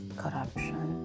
corruption